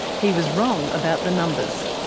he was wrong about the numbers.